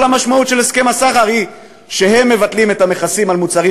כל המשמעות של הסכם הסחר היא שהם מבטלים את המכסים על מוצרים